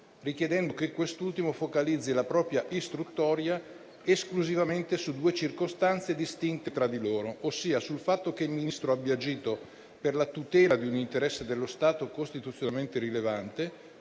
richiedendo che quest'ultimo focalizzi la propria istruttoria esclusivamente su due circostanze distinte tra di loro, ossia sul fatto che il Ministro abbia agito per la tutela di un interesse dello Stato costituzionalmente rilevante,